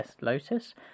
lotus